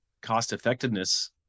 cost-effectiveness